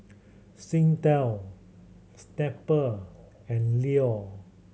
Singtel Snapple and Leo